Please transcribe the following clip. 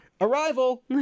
Arrival